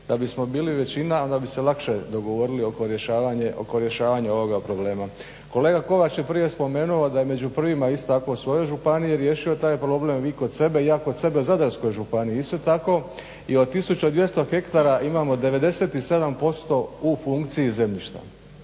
da bismo bili većina, a da bi se lakše dogovorili oko rješavanja ovoga problema. Kolega Kovač je prije spomenuo da je među prvima isto tako u svojoj županiji riješio taj problem, vi kod sebe i ja kod sebe u Zadarskoj županiji isto tako i od 1200 hektara imamo 97% u funkciji zemljišta.